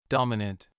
Dominant